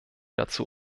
dazu